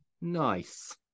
nice